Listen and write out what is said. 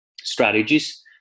strategies